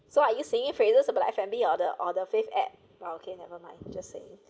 so are you singing praises are like F and B or the or the place at but okay never mind just say